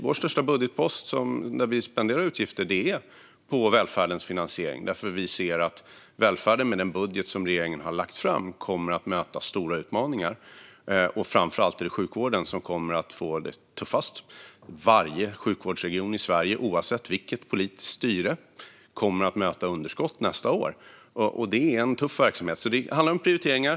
Vår största budgetpost, där vi spenderar utgifter, gäller välfärdens finansiering, för vi ser att välfärden kommer att möta stora utmaningar med den budget som regeringen har lagt fram. Framför allt är det sjukvården som kommer att få det tuffast. Varje sjukvårdsregion i Sverige, oavsett politiskt styre, kommer att möta underskott nästa år. Det är en tuff verksamhet. Det handlar om prioriteringar.